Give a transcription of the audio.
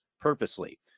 purposely